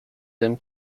them